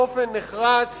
באופן נחרץ